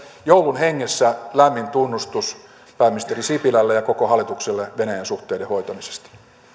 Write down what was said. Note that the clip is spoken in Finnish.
joulun hengessä lämmin tunnustus pääministeri sipilälle ja koko hallitukselle venäjän suhteiden hoitamisesta